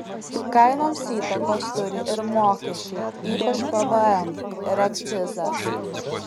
kainoms įtakos turi ir mokesčiai ypač pvm ir akcizas